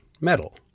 metal